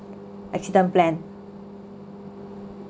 accident plan